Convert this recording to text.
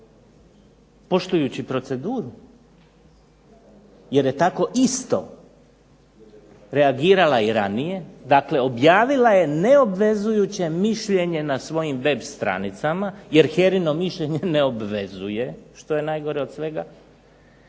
poštujući proceduru jer je tako isto reagirala i ranije, dakle objavila je neobvezujuće mišljenje na svojim web stranicama, jer HERA-ino mišljenje ne obvezuje, što je najgore od svega,